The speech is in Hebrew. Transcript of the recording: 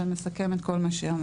זה מסכם את כל מה שאמרת.